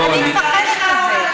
אני מפחדת מזה.